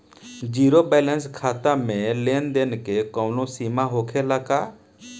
Zero balance खाता में लेन देन के कवनो सीमा होखे ला का?